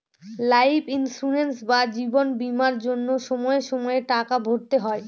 life insurance বা জীবন বীমার জন্য সময়ে সময়ে টাকা ভরতে হয়